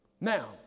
Now